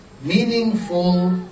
meaningful